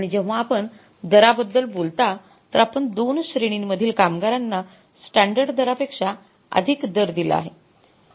आणि जेव्हा आपण दराबद्दल बोलता तर आपण २ श्रेणीमधील कामगारांना स्टॅंडर्ड दरापेक्षा अधिक दर दिला आहे